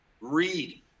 Read